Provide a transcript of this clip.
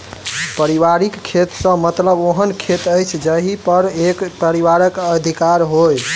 पारिवारिक खेत सॅ मतलब ओहन खेत अछि जाहि पर एक परिवारक अधिकार होय